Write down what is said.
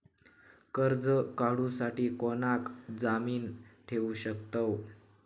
कर्ज काढूसाठी कोणाक जामीन ठेवू शकतव?